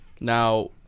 Now